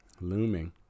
looming